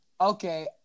Okay